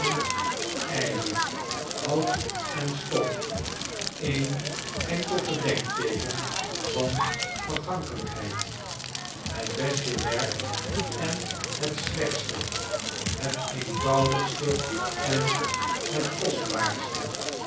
ijzer hout en stof een enkel gedenkteeken van vergankelijkheid het beste werk en het slechtste het eenvoudigste en het kostbaarste